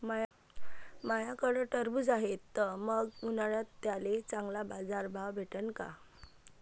माह्याकडं टरबूज हाये त मंग उन्हाळ्यात त्याले चांगला बाजार भाव भेटन का?